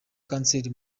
kanseri